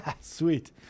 Sweet